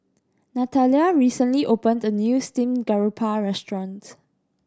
Natalya recently opened a new steamed garoupa restaurant